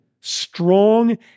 strong